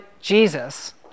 Jesus